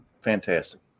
fantastic